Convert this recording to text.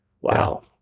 Wow